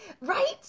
Right